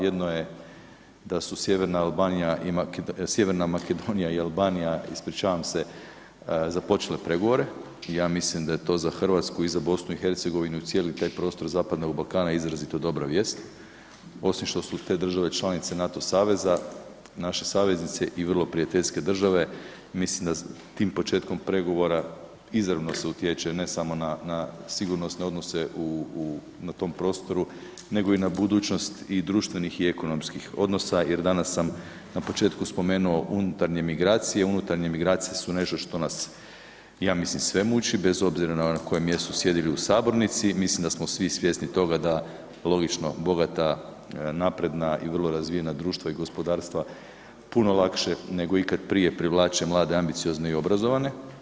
Jedno je da su Sjeverna Albanija, Sjeverna Makedonija i Albanija, ispričavam se, započele pregovore i ja mislim da je to za RH i BiH cijeli taj prostor zapadnog Balkana izrazito dobra vijest osim što su te države članice NATO saveza naše saveznice i vrlo prijateljske države, mislim da tim početkom pregovora izravno se utječe na, na sigurnosne odnose u, u, na tom prostoru nego i na budućnost i društvenih i ekonomskih odnosa jer danas sam na početku spomenuo unutarnje migracije, unutarnje migracije su nešto što nas ja mislim sve muči bez obzira na kojem mjestu sjedili u sabornici, mislim da smo svi svjesni toga da logično bogata napredna i vrlo razvijena društva i gospodarstva puno lakše nego ikad prije privlače mlade ambiciozne i obrazovane.